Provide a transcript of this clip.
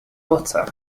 butter